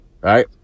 right